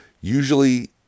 usually